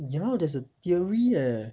ya there's a theory eh